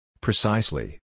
Precisely